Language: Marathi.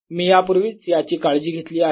मी यापूर्वीच याची काळजी घेतलेली आहे